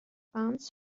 funds